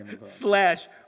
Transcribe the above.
slash